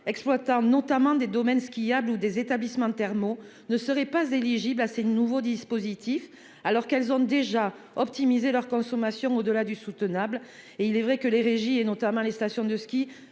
exploite notamment des domaines skiables ou des établissements thermaux ne serait pas éligible à ces nouveaux dispositifs alors qu'elles ont déjà optimiser leur consommation au-delà du soutenable et il est vrai que les régies et notamment les stations de ski